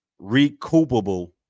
recoupable